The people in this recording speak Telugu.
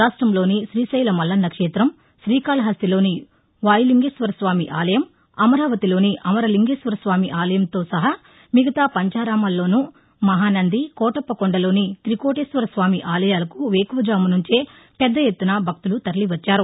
రాష్టంలోని శ్రీశైలం మల్లన్న క్షేతం శ్రీకాళహస్తిలోని వాయులింగేశ్వరస్వామి ఆలయం అమరావతిలోని అమరలింగేశ్వరస్వామి ఆలయంతో సహా మిగతా పంచారామాల్లోనూ మహానంది కోటప్పకొండలోని తికోటేశ్వరస్వామి ఆలయాలకు వేకువజాము నుంచే పెద్ద ఎత్తున భక్తులు తరలివచ్చారు